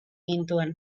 gintuen